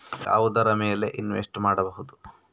ಯಾವುದರ ಮೇಲೆ ಇನ್ವೆಸ್ಟ್ ಮಾಡಬಹುದು?